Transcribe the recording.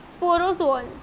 sporozoans